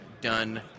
done